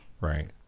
Right